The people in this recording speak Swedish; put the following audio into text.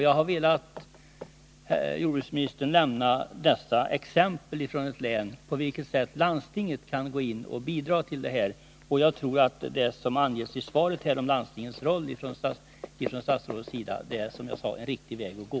Jag har för jordbruksministern velat nämna detta exempel på hur landstinget i ett län kan gå in och bidra på detta område. Jag tror att det som anges i svaret från statsrådet om landstingens roll är en riktig väg att gå.